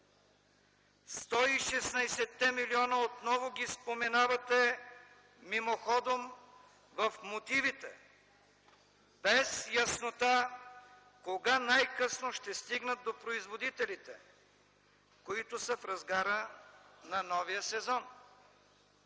милиона отново ги споменавате мимоходом в мотивите, без яснота кога най-късно ще стигнат до производителите, които са в разгара на новия сезон.